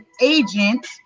agent